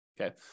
okay